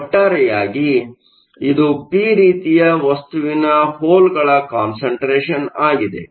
ಒಟ್ಟಾರೆಯಾಗಿ ಇದು ಪಿ ರೀತಿಯ ವಸ್ತುವಿನ ಹೋಲ್ಗಳ ಕಾನ್ಸಂಟ್ರೇಷನ್ ಆಗಿದೆ